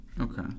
okay